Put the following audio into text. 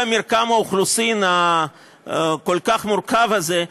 עם כל מרקם האוכלוסין הכול-כך מורכב הזה,